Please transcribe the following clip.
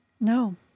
No